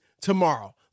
tomorrow